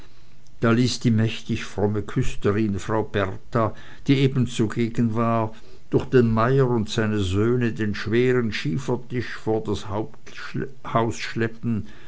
da ließ die mächtig fromme kusterin frau berta die eben zu gegen war durch den meier und seine söhne den schweren schiefertisch vor das haus schleppen